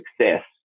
success